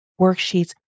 worksheets